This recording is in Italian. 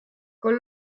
con